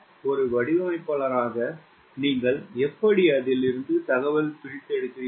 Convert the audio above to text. ஒரு வடிவமைப்பாளராக நீங்கள் எப்படி அதில் இருந்து தகவல் பிரித்தெடுக்கிறீர்கள்